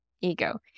ego